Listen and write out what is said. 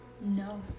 No